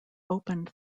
opened